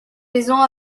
maisons